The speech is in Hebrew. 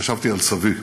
חשבתי על סבי.